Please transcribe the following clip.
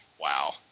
wow